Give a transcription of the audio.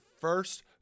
first